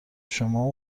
شما